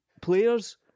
players